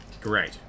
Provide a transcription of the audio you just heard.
Great